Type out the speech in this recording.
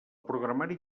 programari